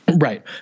right